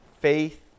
faith